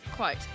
Quote